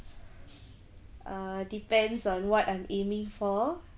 uh depends on what I'm aiming for